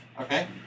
okay